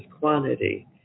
quantity